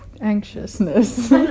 Anxiousness